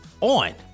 on